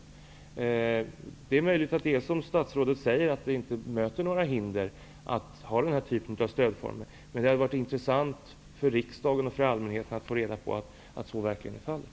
Det är möjligt att den här typen av stödformer, som statsrådet säger, inte möter några hinder, men det hade varit intressant för riksdagen och för allmänheten att få reda på att så verkligen är fallet.